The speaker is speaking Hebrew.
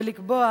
ולקבוע